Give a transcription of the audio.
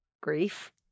grief